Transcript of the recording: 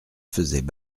faisaient